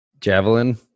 Javelin